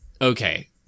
okay